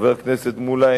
חבר הכנסת מולה,